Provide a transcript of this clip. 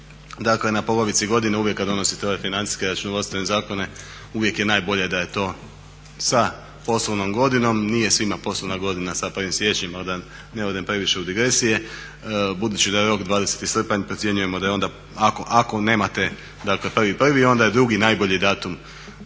Dakle, na polovici godine uvijek kad donosite ove financijske računovodstvene zakone uvijek je najbolje da je to sa poslovnom godinom. Nije svima poslovna godina sa 1. siječnjem, ali da ne odem previše u digresije. Budući da je rok 20. srpanj procjenjujemo da je onda ako nemate, dakle 1.1. onda je drugi najbolji datum